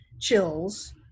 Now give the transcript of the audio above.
chills